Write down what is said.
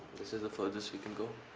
this is the furthest we can go.